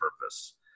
purpose